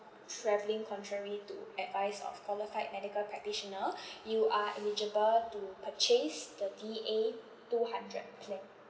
travelling contrary to advice of qualified medical practitioner you are eligible to purchase the d a two hundred plan